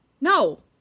No